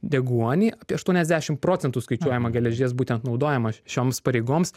deguonį apie aštuoniasdešimt procentų skaičiuojama geležies būtent naudojama šioms pareigoms